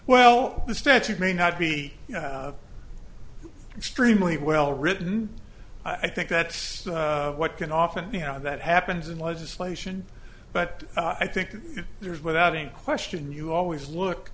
well the statute may not be extremely well written i think that's what can often you know that happens in legislation but i think there's without any question you always look